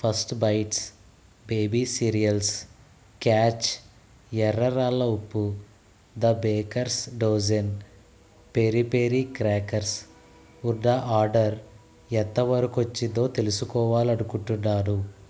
first bites baby cereals catch ఎర్ర రాళ్ళ ఉప్పు the bakers dozen peri peri crackers ఉన్న ఆర్డర్ ఎంతవరకొచ్చిందో తెలుసుకోవాలనుకుంటున్నాను